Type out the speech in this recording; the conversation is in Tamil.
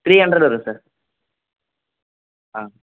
த்ரீ ஹண்ட்ரேடு வரும் சார் ஆ